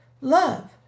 love